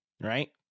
right